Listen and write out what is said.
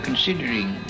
considering